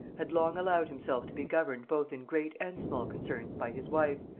had long allowed himself to be governed both in great and small concerns by his wife,